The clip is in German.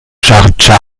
schardscha